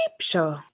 show